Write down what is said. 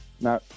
No